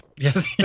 Yes